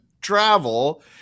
travel